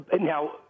now